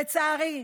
לצערי,